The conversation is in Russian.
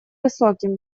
высоким